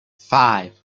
five